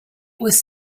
was